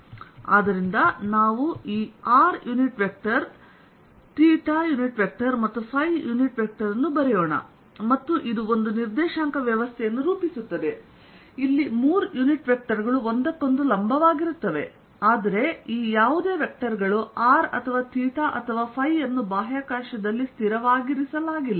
ಆದ್ದರಿಂದ ನಾವು ಈ r unit vector theta unit vector ಮತ್ತು ಫೈ ಯುನಿಟ್ ವೆಕ್ಟರ್ ಅನ್ನು ಬರೆಯೋಣ ಮತ್ತು ಇದು ಒಂದು ನಿರ್ದೇಶಾಂಕ ವ್ಯವಸ್ಥೆಯನ್ನು ರೂಪಿಸುತ್ತದೆ ಇಲ್ಲಿ ಮೂರು ಯುನಿಟ್ ವೆಕ್ಟರ್ ಗಳು ಒಂದಕ್ಕೊಂದು ಲಂಬವಾಗಿರುತ್ತವೆ ಆದರೆ ಈ ಯಾವುದೇ ವೆಕ್ಟರ್ ಗಳು r ಅಥವಾ ಥೀಟಾ ಅಥವಾ ಫೈ ಅನ್ನು ಬಾಹ್ಯಾಕಾಶದಲ್ಲಿ ಸ್ಥಿರವಾಗಿರಿಸಲಾಗಿಲ್ಲ